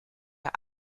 der